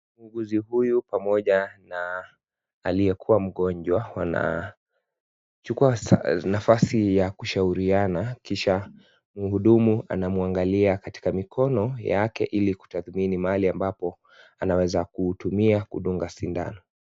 Muuguzi huyu pamoja na aliyekuwa mgonjwa wanachukuwa nafasi ya kushauriana kisha mhudumu anamwagalia katika mikono yake ili kutadhmini mahali ambapo anaweza kutumia kudunga sindano.